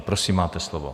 Prosím, máte slovo.